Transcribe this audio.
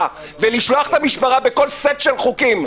ולשלוח את המשטרה בכל סט של חוקים.